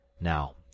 Now